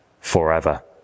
forever